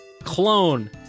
clone